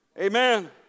Amen